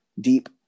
deep